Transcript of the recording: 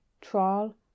trial